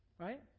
Right